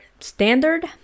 standard